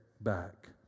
back